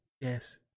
yes